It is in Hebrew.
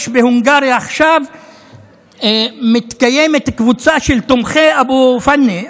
בהונגריה יש עכשיו קבוצה של תומכי אבו פאנה,